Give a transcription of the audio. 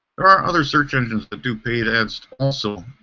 there are other search engines that do paid and so also,